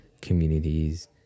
communities